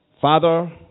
Father